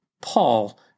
Paul